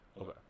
Okay